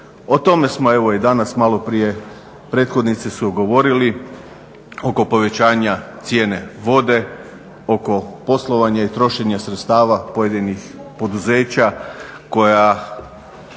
O tome smo evo i danas maloprije, prethodnici su govorili oko povećanja cijene vode, oko poslovanja i trošenja sredstava pojedinih poduzeća koja